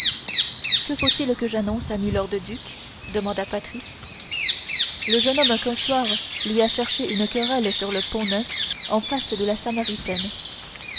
qui faut-il que j'annonce à milord duc demanda patrice le jeune homme qui un soir lui a cherché une querelle sur le pont-neuf en face de la